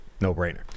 no-brainer